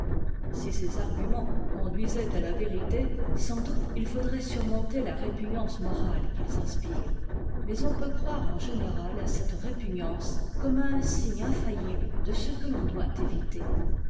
si ces arguments conduisaient à la vérité sans doute it faudrait surmonter ta répugnance morale qu'ils inspirent mais on peut croire en générât à cette répugnance comme à un signe infaittibte de ce que l'on doit éviter